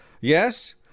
Yes